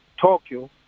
Tokyo